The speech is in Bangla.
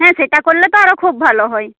হ্যাঁ সেটা করলে তো আরও খুব ভালো হয়